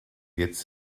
jetzt